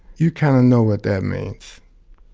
you kind of know what that means.